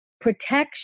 protection